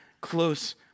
close